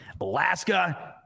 Alaska